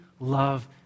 Love